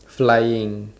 flying